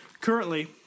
Currently